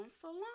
salon